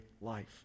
life